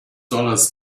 dollars